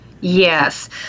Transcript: Yes